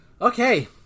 Okay